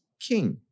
king